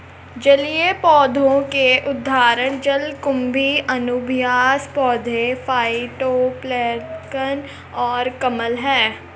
जलीय पौधों के उदाहरण जलकुंभी, अनुबियास पौधे, फाइटोप्लैंक्टन और कमल हैं